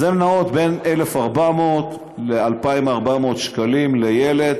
אז הן נעות בין 1,400 ל-2,400 שקלים לילד.